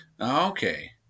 okay